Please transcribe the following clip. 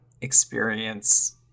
experience